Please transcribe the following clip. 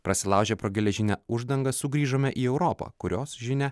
prasilaužia pro geležinę uždangą sugrįžome į europą kurios žinia